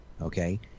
okay